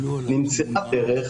נמצאה דרך,